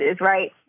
right